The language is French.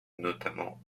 notamment